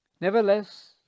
Nevertheless